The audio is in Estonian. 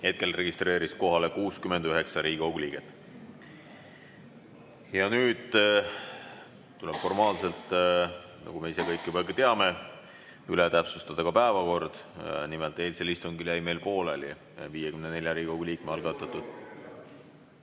Hetkel registreerus kohale 69 Riigikogu liiget. Nüüd tuleb formaalselt, nagu me kõik siin juba teame, üle täpsustada päevakord. Nimelt, eilsel istungil jäi meil pooleli 54 Riigikogu liikme algatatud